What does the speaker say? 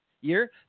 year